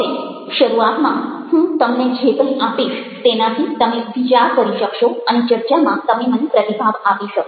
હવે શરૂઆતમાં હું તમને જે કંઈ આપીશ તેનાથી તમે વિચાર કરી શકશો અને ચર્ચામાં તમે મને પ્રતિભાવ આપી શકો